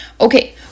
Okay